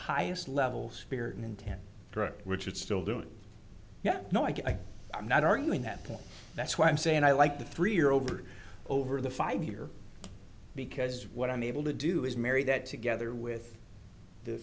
highest level spirit and intent which is still doing yeah no i i'm not arguing that point that's why i'm saying i like the three year over over the five year because what i'm able to do is marry that together with the